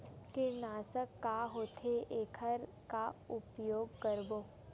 कीटनाशक का होथे एखर का उपयोग करबो?